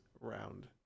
round